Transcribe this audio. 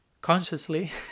consciously